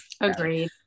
Agreed